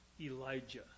Elijah